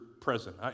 present